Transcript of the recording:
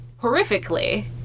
Horrifically